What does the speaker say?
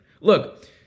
Look